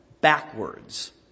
Backwards